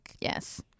yes